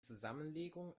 zusammenlegung